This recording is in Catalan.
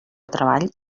treball